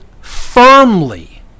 firmly